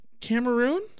Cameroon